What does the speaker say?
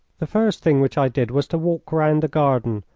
the first thing which i did was to walk round the garden,